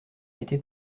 été